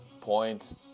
point